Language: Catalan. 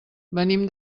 venim